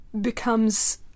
becomes